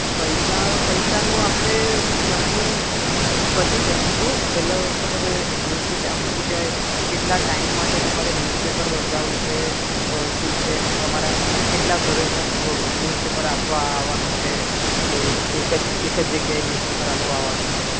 પૈસા પૈસાનું આપણે નક્કી પછી કરીશું પહેલા તમારે ન્યૂઝ આમ શું કહેવાય કેટલા ટાઈમ માટે તમારે ન્યુઝપેપર બંધાવવું છે શું છે તમારા કેટલા ઘરે અં ન્યૂઝપેપર આપવા આવવાનું છે કે એક જ એક જ જગ્યાએ ન્યુઝપેપર આપવા આવવાનું છે